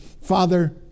Father